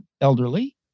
elderly